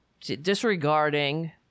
disregarding